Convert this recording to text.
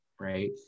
right